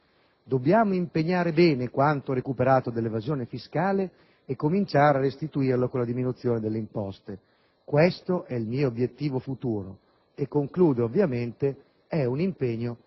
«Dobbiamo impegnare bene quanto recuperato dall'evasione fiscale e cominciare a restituirlo con la diminuzione delle imposte. Questo è il mio obiettivo futuro». E conclude ovviamente: «È un impegno